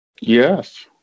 Yes